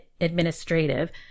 administrative